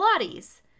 Pilates